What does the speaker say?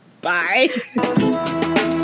Bye